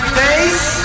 face